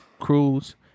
cruise